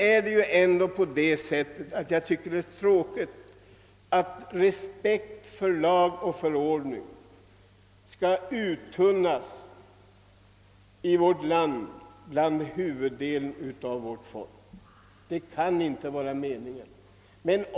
Jag tycker också det är tråkigt att respekten för lag och förordning skall undergrävas hos huvuddelen av vårt folk.